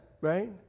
right